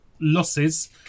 Losses